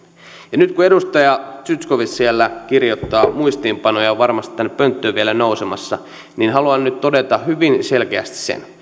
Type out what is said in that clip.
ja nyt kun edustaja zyskowicz siellä kirjoittaa muistiinpanoja ja on varmasti tänne pönttöön vielä nousemassa haluan todeta hyvin selkeästi sen